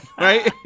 right